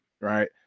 right